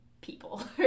people